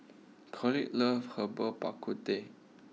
Clotilde loves Herbal Bak Ku Teh